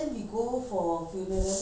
ya ya ya ya there